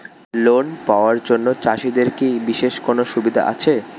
Loan পাওয়ার জন্য চাষিদের কি কোনো বিশেষ সুবিধা আছে?